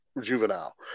juvenile